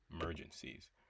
emergencies